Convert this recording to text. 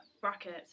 Bracket